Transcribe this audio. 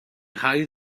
rhaid